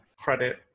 credit